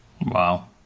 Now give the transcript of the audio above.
Wow